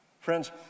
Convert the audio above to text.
Friends